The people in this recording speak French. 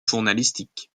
journalistique